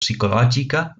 psicològica